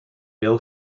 bill